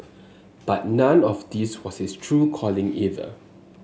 but none of this was his true calling either